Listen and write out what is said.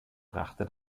brachte